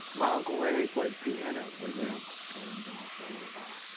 my uncle larry played piano for them, shenandoah, for a little while.